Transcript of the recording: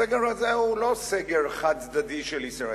הסגר הזה הוא לא סגר חד-צדדי של ישראל.